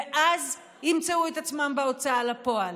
ואז ימצאו את עצמם בהוצאה לפועל.